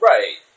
Right